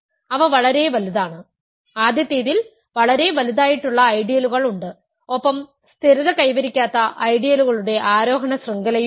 അവ വളരെ വലുതാണ് ആദ്യത്തേതിൽ വളരെ വലുതായിട്ടുള്ള ഐഡിയലുകൾ ഉണ്ട് ഒപ്പം സ്ഥിരത കൈവരിക്കാത്ത ഐഡിയലുകളുടെ ആരോഹണ ശൃംഖലയുമുണ്ട്